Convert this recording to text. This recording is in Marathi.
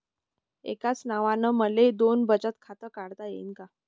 एकाच नावानं मले दोन बचत खातं काढता येईन का?